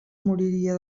moriria